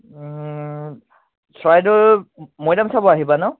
চৰাইদেউৰ মৈদাম চাব আহিবা ন